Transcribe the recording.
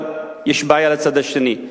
אבל יש בעיה לצד השני.